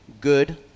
good